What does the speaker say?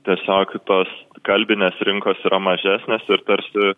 tiesiog tos kalbinės rinkos yra mažesnės ir tarsi